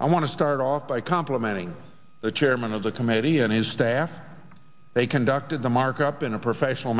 i want to start off by complimenting the chairman of the committee and his staff they conducted the markup in a professional